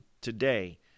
today